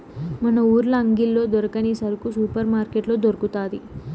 మన ఊర్ల అంగిల్లో దొరకని సరుకు సూపర్ మార్కట్లో దొరకతాది